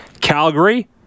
Calgary